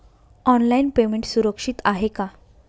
Online payment सुरक्षित आहे का?